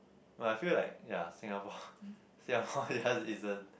but I feel like ya Singapore Singapore just is a